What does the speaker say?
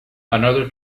another